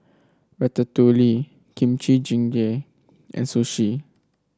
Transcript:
Ratatouille Kimchi Jjigae and Sushi